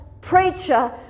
preacher